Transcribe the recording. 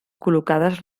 col·locades